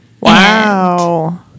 Wow